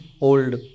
old